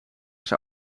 als